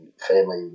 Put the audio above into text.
family